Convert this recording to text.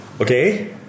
Okay